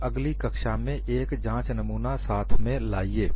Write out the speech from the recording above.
और अगली कक्षा में एक जांच नमूना साथ में लाइए